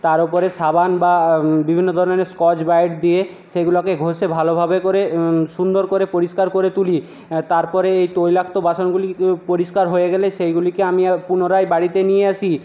তার উপরে সাবান বা বিভিন্ন ধরনের স্কচব্রাইট দিয়ে সেইগুলোকে ঘষে ভালোভাবে করে সুন্দর করে পরিষ্কার করে তুলি তারপরে এই তৈলাক্ত বাসনগুলি পরিষ্কার হয়ে গেলে সেইগুলিকে আমি পুনরায় বাড়িতে নিয়ে আসি